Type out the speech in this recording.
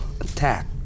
attack